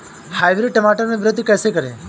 Hybrid टमाटर में वृद्धि कैसे करें?